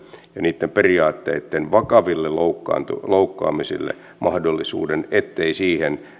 ja niitten periaatteitten vakaville loukkaamisille mahdollisuuden ettei siihen